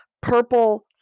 purple